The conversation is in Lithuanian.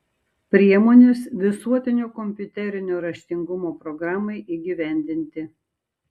priemonės visuotinio kompiuterinio raštingumo programai įgyvendinti